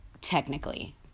technically